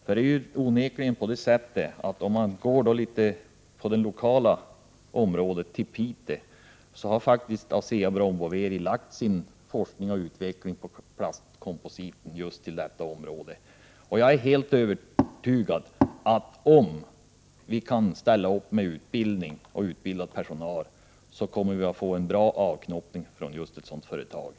Jag kan ta ett exempel från det lokala område som jag väl känner till, nämligen Piteå. Asea Brown Boveri har förlagt sin forskning och utveckling när det gäller plastkompositer till just det området. Jag är helt övertygad om att om vi kan ställa upp med utbildning och utbildad personal kommer vi att få en bra avknoppning från just det företaget.